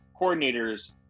coordinators